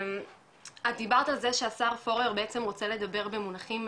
את דיברת על זה שהשר פורר בעצם רוצה לדבר במונחים,